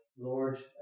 Lord